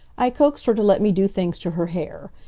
i coaxed her to let me do things to her hair.